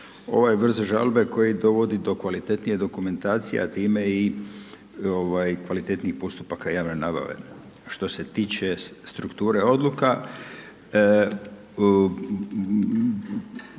ovaj vrst žalbe koji dovodi do kvalitetnije dokumentacije, a time i ovaj kvalitetnijih postupaka javne nabave. Što se tiče strukture odluka